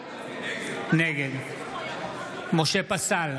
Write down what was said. נגד משה פסל,